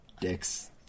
dicks